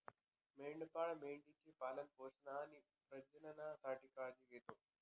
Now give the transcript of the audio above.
मेंढपाळ मेंढी चे पालन पोषण आणि प्रजननासाठी काळजी घेतो